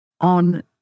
on